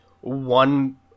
one